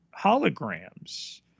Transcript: holograms